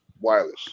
wireless